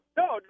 no